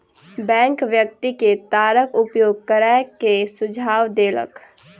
bank व्यक्ति के तारक उपयोग करै के सुझाव देलक